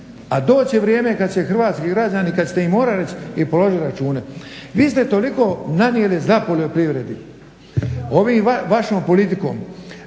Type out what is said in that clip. a doći će vrijeme kada će hrvatski građani kada ćete im morati reći i položiti račune. Vi ste toliko nanijeli zla poljoprivredi ovom vašom politikom